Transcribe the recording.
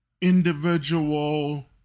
individual